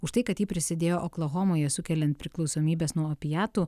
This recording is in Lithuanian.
už tai kad ji prisidėjo oklahomoje sukeliant priklausomybes nuo opiatų